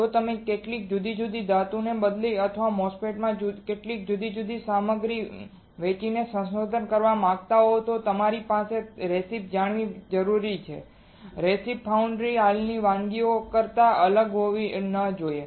જો તમે કેટલીક જુદી જુદી ધાતુઓ બદલીને અથવા MOSFET માં કેટલીક જુદી જુદી સામગ્રી વેચીને સંશોધન કરવા માંગતા હો તો તમારે તમારી પોતાની રેસીપી જણાવવી પડશે અને તે રેસીપી ફાઉન્ડ્રીમાં હાલની વાનગીઓ કરતાં અત્યંત અલગ ન હોવી જોઈએ